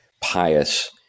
pious